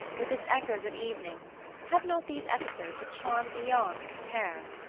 with its echoes of evening have not these episodes a charm beyond compare?